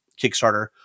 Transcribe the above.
Kickstarter